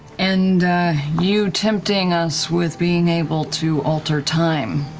and you tempting us with being able to alter time.